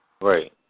Right